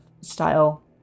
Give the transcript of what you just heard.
style